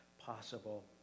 possible